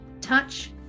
touch